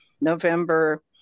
November